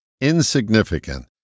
insignificant